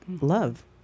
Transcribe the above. love